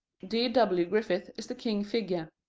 d w. griffith is the king-figure.